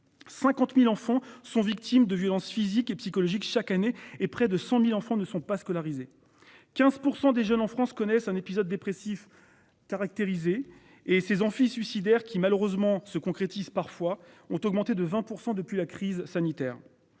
50.000 enfants sont victimes de violences physiques et psychologiques chaque année et près de 100.000 enfants ne sont pas scolarisés, 15 pour des jeunes en France connaissent un épisode dépressif caractérisé et ses amphis suicidaire qui malheureusement se concrétise parfois ont augmenté de 20% depuis la crise sanitaire.